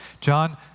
John